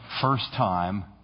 first-time